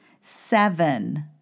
Seven